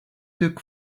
took